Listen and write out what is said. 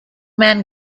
man